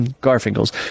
garfinkel's